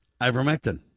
ivermectin